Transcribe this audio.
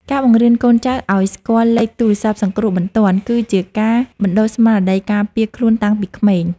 ការបង្រៀនកូនចៅឱ្យស្គាល់លេខទូរស័ព្ទសង្គ្រោះបន្ទាន់ គឺជាការបណ្តុះស្មារតីការពារខ្លួនតាំងពីក្មេង។